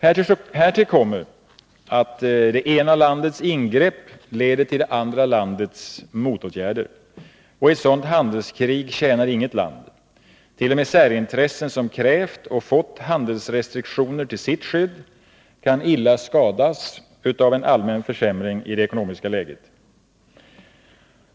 Härtill kommer att det ena landets ingrepp leder till det andra landets motåtgärder. Ett sådant handelskrig tjänar inget land på. T. o. m. särintressen som har krävt och fått handelsrestriktioner till sitt skydd kan illa skadas av en allmän försämring i det ekonomiska läget.